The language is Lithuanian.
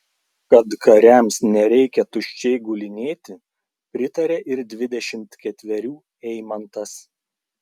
kad kariams nereikia tuščiai gulinėti pritarė ir dvidešimt ketverių eimantas